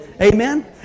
Amen